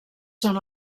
són